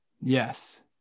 yes